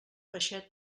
peixet